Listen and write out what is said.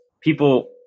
people